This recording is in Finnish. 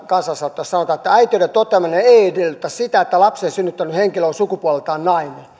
kansalaisaloitteessa sanotaan että äitiyden toteaminen ei edellytä sitä että lapsen synnyttänyt henkilö on sukupuoleltaan nainen